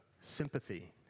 sympathy